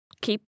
keep